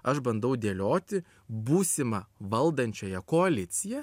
aš bandau dėlioti būsimą valdančiąją koaliciją